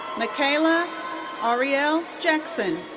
michaela ariel jackson.